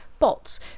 bots